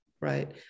right